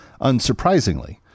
Unsurprisingly